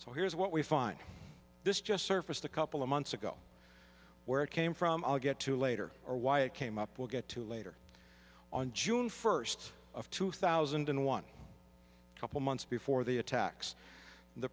so here's what we find this just surfaced a couple of months ago where it came from i'll get to later or why it came up we'll get to later on june first of two thousand and one couple months before the attacks the